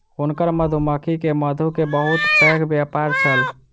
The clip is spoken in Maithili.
हुनकर मधुमक्खी के मधु के बहुत पैघ व्यापार छल